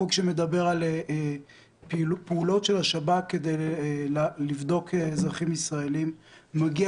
חוק שמדבר על פעולות של השב"כ כדי לבדוק אזרחים ישראלים מגיע